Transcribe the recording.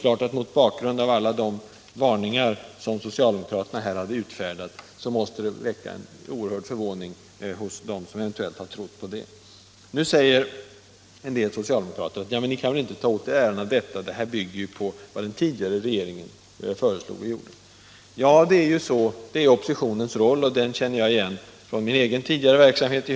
Mot bakgrund av alla de varningar som socialdemokraterna hade utfärdat måste det väcka en oerhörd förvåning hos dem som eventuellt hade trott på dessa varningar. Nu säger en del socialdemokrater: Ja, men ni kan väl inte ta åt er äran av detta, eftersom det bygger på det som den tidigare regeringen har föreslagit och gjort. Ja, detta är oppositionens roll, som jag i hög grad känner igen från min tidigare verksamhet.